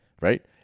right